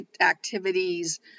activities